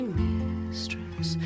mistress